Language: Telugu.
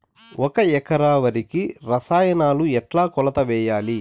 ఒక ఎకరా వరికి రసాయనాలు ఎట్లా కొలత వేయాలి?